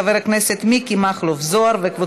עברה בקריאה טרומית ועוברת